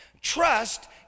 Trust